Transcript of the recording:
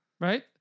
Right